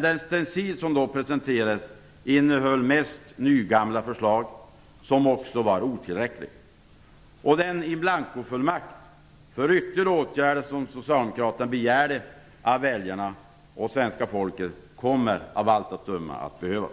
Den stencil som då presenterades innehöll mest nygamla förslag, som också är otillräckliga. Den in blanco-fullmakt för ytterligare åtgärder som socialdemokraterna begärde av svenska folket kommer av allt att döma att behövas.